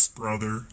brother